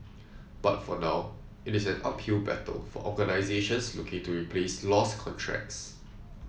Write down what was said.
but for now it is an uphill battle for organisations looking to replace lost contracts